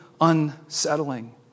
unsettling